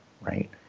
right